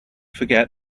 forget